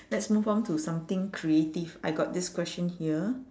let's move on to something creative I got this question here